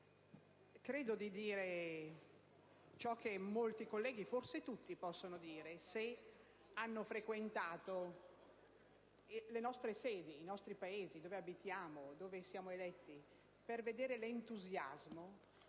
credo di dire quello che molti colleghi, forse tutti, possono dire se hanno frequentato le nostre sedi, i nostri paesi, là dove abitiamo, dove siamo eletti, e hanno visto l'entusiasmo